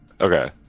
Okay